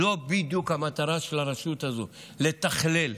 זו בדיוק המטרה של הרשות הזו, לתכלל,